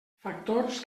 factors